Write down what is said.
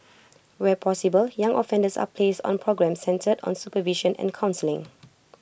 where possible young offenders are placed on programmes centred on supervision and counselling